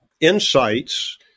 insights